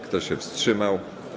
Kto się wstrzymał?